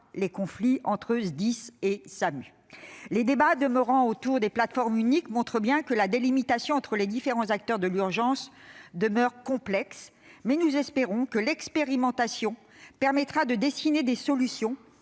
les conflits entre SDIS et SAMU. Les débats demeurant autour des plateformes uniques montrent bien que la délimitation des compétences entre les différents acteurs de l'urgence demeure complexe, mais nous espérons que l'expérimentation permettra de dessiner des solutions,